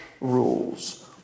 rules